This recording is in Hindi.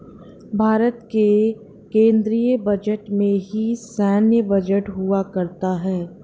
भारत के केन्द्रीय बजट में ही सैन्य बजट हुआ करता है